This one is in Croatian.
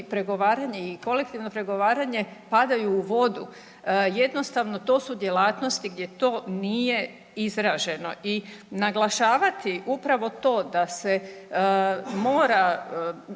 pregovaranje i kolektivno pregovaranje padaju u vodu. Jednostavno to su djelatnosti gdje to nije izraženo. I naglašavati upravo to da se mora